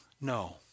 no